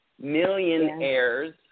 millionaires